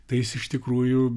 tai jis iš tikrųjų